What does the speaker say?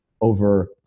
over